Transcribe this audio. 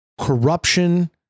corruption